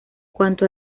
cuanto